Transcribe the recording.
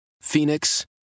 Phoenix